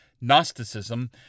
Gnosticism